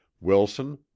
wilson